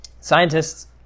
scientists